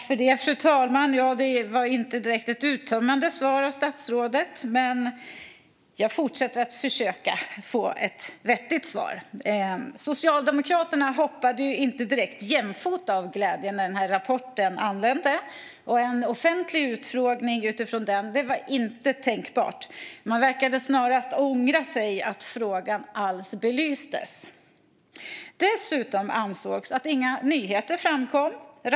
Fru talman! Det var inte direkt ett uttömmande svar av statsrådet, men jag fortsätter att försöka få ett vettigt svar. Socialdemokraterna hoppade inte direkt jämfota av glädje när den här rapporten anlände. En offentlig utfrågning utifrån den var inte tänkbart. Man verkade snarast ångra att man alls lät belysa frågan. Dessutom ansågs det att det inte framkom några nyheter.